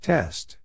Test